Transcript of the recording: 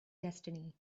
destiny